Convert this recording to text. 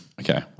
Okay